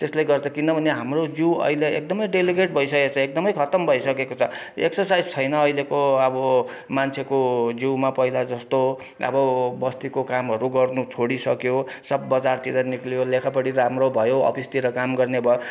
त्यसले गर्दा किनभने हाम्रो जिउ अहिले एकदमै डेलिकेट भइसकेको छ एकदमै खत्तम भइसकेको छ एक्सरसाइज छैन अहिलेको अब मान्छेको जिउमा पहिला जस्तो अब बस्तीको कामहरू गर्नु छोडिसक्यो सब बजारतिर निस्क्यो लेखापढी राम्रो भयो अफिसतिर काम गर्ने भयो